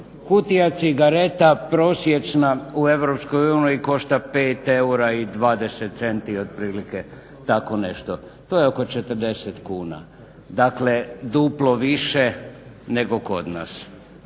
Kutija cigareta prosječna u EU košta per eura i 20 cesti otprilike, to je oko 40 kuna, dakle duplo više nego kod nas.